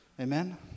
Amen